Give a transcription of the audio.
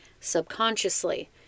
subconsciously